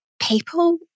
people